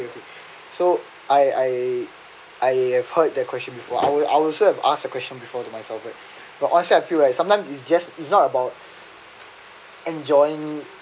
so I I I have heard that question I would I would should have ask the question before to myself but honestly I feel like sometimes is just is not about enjoying